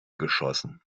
geschossen